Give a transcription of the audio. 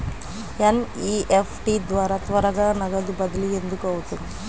NEFT ద్వారా త్వరగా నగదు బదిలీ ఎందుకు అవుతుంది?